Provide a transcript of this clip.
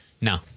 No